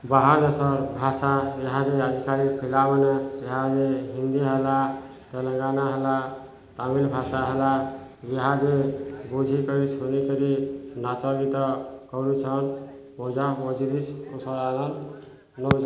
ଭାଷା ପିଲାମାନେ ହିନ୍ଦୀ ହେଲା ତେଲେଙ୍ଗାନା ହେଲା ତାମିଲ ଭାଷା ହେଲା ବୁଝିକରି ଶୁଣିକରି ନାଚ ଗୀତ କରୁଛନ୍ତି ମଉଜ ମଜଲିଶ